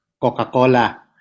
Coca-Cola